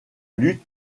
lutte